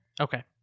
Okay